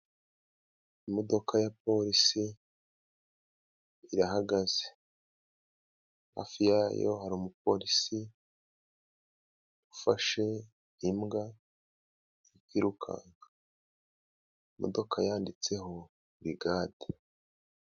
Imodoka ya polisi irahagaze, hafi yayo hari umupolisi ufashe imbwa iri kwirukanka imodoka yanditseho burigade.